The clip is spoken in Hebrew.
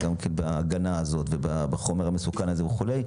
וגם בהגנה מפני חומרים מסוכנים וכו'.